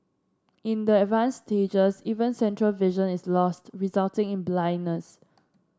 in the advanced stages even central vision is lost resulting in blindness